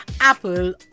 Apple